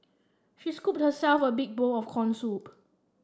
she scooped herself a big bowl of corn soup